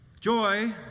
Joy